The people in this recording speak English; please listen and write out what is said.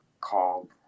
called